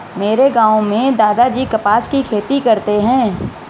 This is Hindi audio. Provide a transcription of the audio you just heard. मेरे गांव में दादाजी कपास की खेती करते हैं